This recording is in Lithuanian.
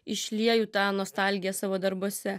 išlieju tą nostalgiją savo darbuose